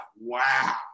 wow